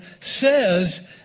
says